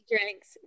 drinks